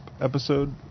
episode